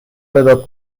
مداد